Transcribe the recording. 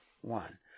one